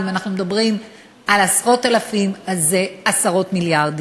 ואם אנחנו מדברים על עשרות אלפים אז זה עשרות מיליארדים.